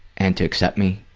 and to accept me,